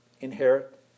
inherit